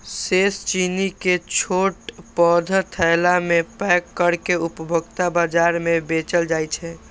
शेष चीनी कें छोट पैघ थैला मे पैक कैर के उपभोक्ता बाजार मे बेचल जाइ छै